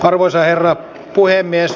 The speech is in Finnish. arvoisa herra puhemies